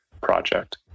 project